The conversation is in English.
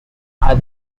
are